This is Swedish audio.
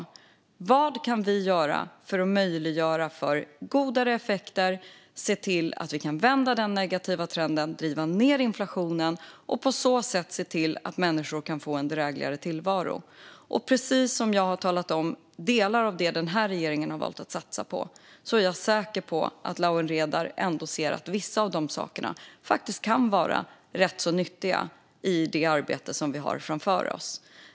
Det handlar om vad vi kan göra för att möjliggöra för godare effekter och för att se till att vi kan vända denna negativa trend, driva ned inflationen och på så sätt se till att människor kan få en drägligare tillvaro. Jag har talat om delar av det som denna regering har valt att satsa på, och jag är säker på att Lawen Redar ändå ser att vissa av dessa saker faktiskt kan vara rätt så nyttiga i det arbete som vi har framför oss.